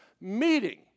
meeting